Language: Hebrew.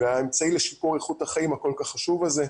והאמצעי לשיפור החיים הכול כך חשוב הזה.